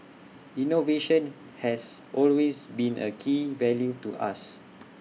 innovation has always been A key value to us